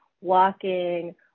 walking